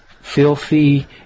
filthy